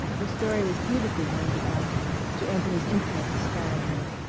the story was beautifully rounded out to anthony's infinite disparagement.